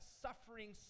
suffering